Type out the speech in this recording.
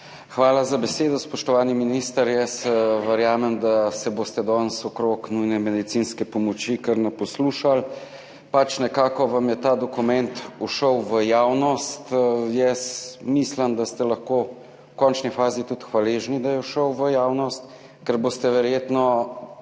Hvala za besedo. Spoštovani minister, verjamem, da se boste danes okrog nujne medicinske pomoči kar naposlušali. Pač, nekako vam je ta dokument ušel v javnost. Jaz mislim, da ste lahko v končni fazi tudi hvaležni, da je šel v javnost, ker boste verjetno